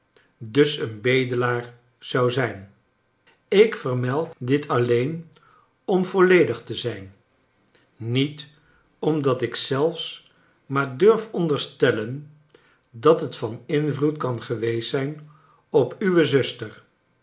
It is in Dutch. dus een bedelaar zou zijn ik vermeld dit alleen om volledig te zijn niet omdat ik zelfs maar durf onderstellen dat het van invloed kan geweest zijn op uwe zuster